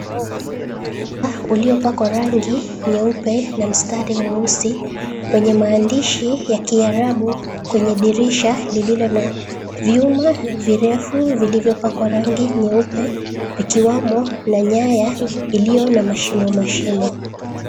Uliopakwa rangi nyeupe na mistari mweusi wenye maandishi ya Kiarabu kwenye dirisha lililo na vyuma virefu vilivyo pakwa rangi nyeupe ikiwamo na nyaya iliyo na mashimo mashimo.